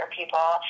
people